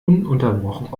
ununterbrochen